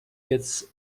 gets